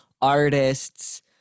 artists